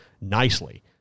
nicely